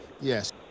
Yes